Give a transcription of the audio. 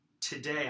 today